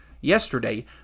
yesterday